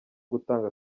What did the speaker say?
gutanga